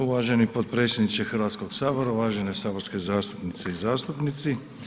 Uvaženi potpredsjedniče Hrvatskog sabora, uvažene saborske zastupnice i zastupnici.